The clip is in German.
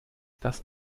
das